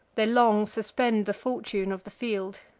they long suspend the fortune of the field.